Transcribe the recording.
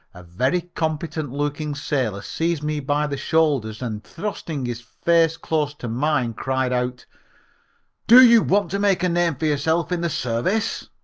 a very competent looking sailor seized me by the shoulders and, thrusting his face close to mine, cried out do you want to make a name for yourself in the service?